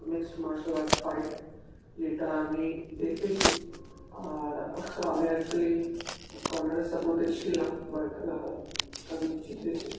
mixed martial art fight যেটা আমি দেখেছি আর আমি অ্যাকচুয়ালি কনরের সাপোর্টে ছিলাম বাট খাবিব জিতেছে